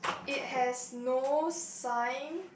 it has no sign